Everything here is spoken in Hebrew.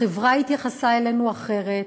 החברה התייחסה אלינו אחרת.